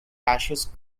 ashes